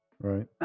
right